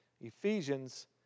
Ephesians